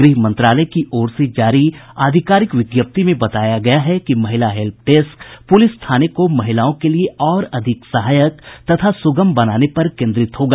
गृह मंत्रालय की ओर से जारी आधिकारिक विज्ञप्ति में बताया गया है कि महिला हेल्प डेस्क पुलिस थाने को महिलाओं के लिए और अधिक सहायक तथा सुगम बनाने पर केन्द्रित होगा